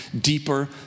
deeper